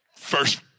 first